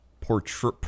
portray